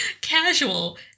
casual